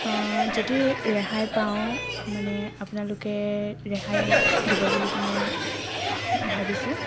যদি ৰেহাই পাওঁ মানে আপোনালোকে ৰেহাই দিব বুলি কেনে ভা ভাবিছোঁ